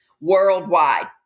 worldwide